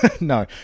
No